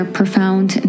profound